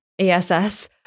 ASS